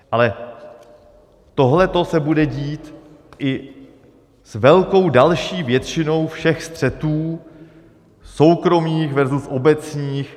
Ale tohleto se bude dít i s velkou další většinou všech střetů soukromých versus obecních.